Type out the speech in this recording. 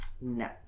No